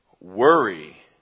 Worry